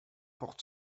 portent